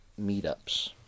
meetups